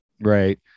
right